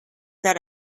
that